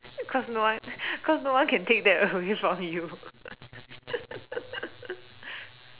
that's because no one cause no one can take that away from you